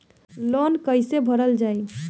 Loan कैसे भरल जाइ?